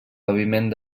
paviment